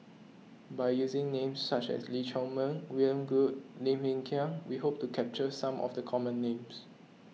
by using names such as Lee Chiaw Meng William Goode Lim Hng Kiang we hope to capture some of the common names